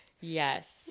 Yes